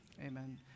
amen